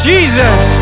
Jesus